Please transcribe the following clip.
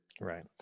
Right